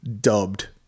dubbed